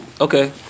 okay